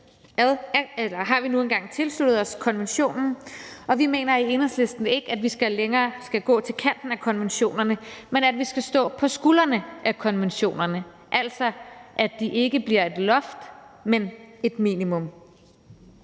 så har vi nu engang tilsluttet os konventionen. Vi mener i Enhedslisten, at vi ikke længere skal gå til kanten af konventionerne, men at vi skal stå på skuldrene af konventionerne, altså så de ikke bliver et loft, men et minimum.